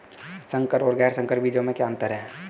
संकर और गैर संकर बीजों में क्या अंतर है?